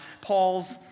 Paul's